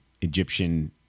Egyptian